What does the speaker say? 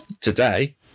today